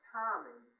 timing